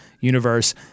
Universe